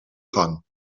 gang